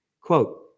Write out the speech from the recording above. Quote